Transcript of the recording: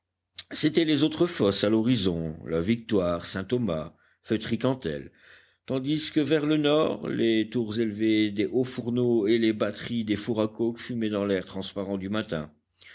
c'étaient les autres fosses à l'horizon la victoire saint-thomas feutry cantel tandis que vers le nord les tours élevées des hauts fourneaux et les batteries des fours à coke fumaient dans l'air transparent du matin